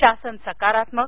शासन सकारात्मक